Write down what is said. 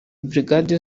brigade